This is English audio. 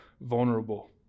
vulnerable